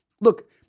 look